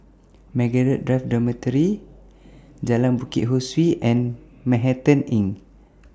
Margaret Drive Dormitory Jalan Bukit Ho Swee and Manhattan Inn